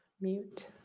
Mute